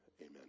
amen